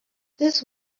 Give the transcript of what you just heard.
this